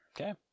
Okay